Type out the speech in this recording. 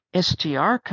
STR